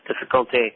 difficulty